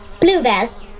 Bluebell